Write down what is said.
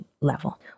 level